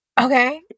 Okay